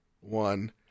one